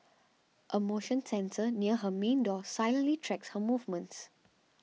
a motion sensor near her main door silently tracks her movements